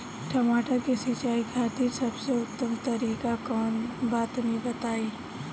टमाटर के सिंचाई खातिर सबसे उत्तम तरीका कौंन बा तनि बताई?